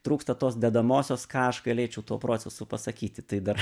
trūksta tos dedamosios ką aš galėčiau tuo procesu pasakyti tai dar